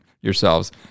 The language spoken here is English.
yourselves